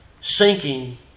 sinking